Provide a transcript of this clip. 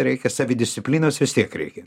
reikia savidisciplinos vis tiek reikia